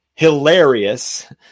Hilarious